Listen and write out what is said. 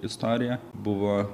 istoriją buvo